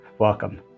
Welcome